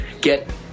get